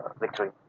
victory